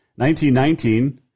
1919